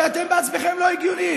הרי אתם בעצמכם לא הגיוניים.